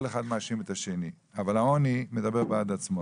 כל אחד מאשים את השני אבל העוני מדבר בעד עצמו.